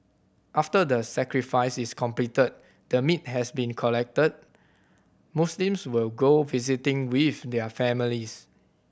after the sacrifice is completed the meat has been collected Muslims will go visiting with their families